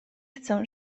chcę